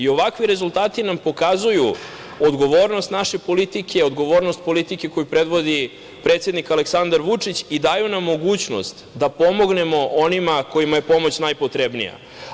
Ovakvi rezultati nam pokazuju odgovornost naše politike, odgovornost politike koju predvodi predsednik Aleksandar Vučić i daju nam mogućnost da pomognemo onima kojima je pomoć najpotrebnija.